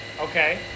Okay